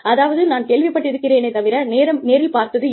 அதாவது நான் கேள்விப்பட்டிருக்கிறேனே தவிர நேரில் பார்த்ததில்லை